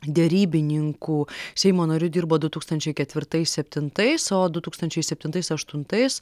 derybininkų seimo nariu dirbo du tūkstančiai ketvirtais septintais o du tūkstančiai septintais aštuntais